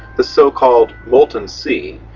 the so-called molten sea,